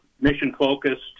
mission-focused